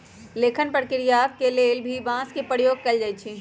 लेखन क्रिया के लेल भी बांस के प्रयोग कैल जाई छई